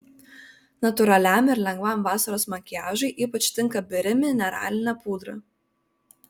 natūraliam ir lengvam vasaros makiažui ypač tinka biri mineralinė pudra